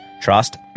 trust